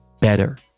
better